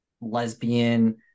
lesbian